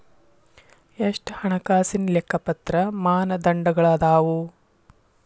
ಎಷ್ಟ ಹಣಕಾಸಿನ್ ಲೆಕ್ಕಪತ್ರ ಮಾನದಂಡಗಳದಾವು?